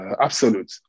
absolute